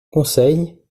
conseils